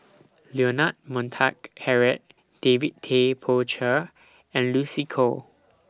Leonard Montague Harrod David Tay Poey Cher and Lucy Koh